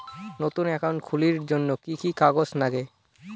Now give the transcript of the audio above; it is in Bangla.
নতুন একাউন্ট খুলির জন্যে কি কি কাগজ নাগে?